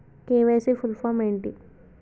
KYC full form ఏంటి?